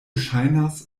ŝajnas